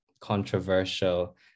controversial